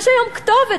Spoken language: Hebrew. יש היום כתובת,